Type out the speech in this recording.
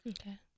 Okay